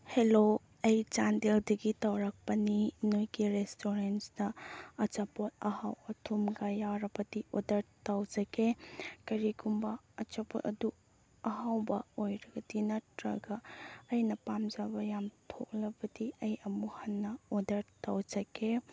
hello ꯑꯩ ꯆꯥꯟꯗꯦꯜꯗꯒꯤ ꯇꯧꯔꯛꯄꯅꯤ ꯅꯣꯏꯒꯤ ꯔꯦꯁꯇꯨꯔꯦꯟꯁꯇ ꯑꯆꯥꯄꯣꯠ ꯑꯍꯥꯎ ꯑꯊꯨꯝꯒ ꯌꯥꯎꯔꯕꯗꯤ ꯑꯣꯔꯗꯔ ꯇꯧꯖꯒꯦ ꯀꯔꯤꯒꯨꯝꯕ ꯑꯆꯥꯄꯣꯠ ꯑꯗꯨ ꯑꯍꯥꯎꯕ ꯑꯣꯏꯔꯒꯗꯤ ꯅꯠꯇ꯭ꯔꯒ ꯑꯩꯅ ꯄꯥꯝꯖꯕ ꯌꯥꯝ ꯊꯣꯛꯂꯕꯗꯤ ꯑꯩ ꯑꯃꯨꯛ ꯍꯟꯅ ꯑꯣꯔꯗꯔ ꯇꯧꯖꯒꯦ